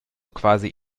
quasi